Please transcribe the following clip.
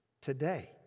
today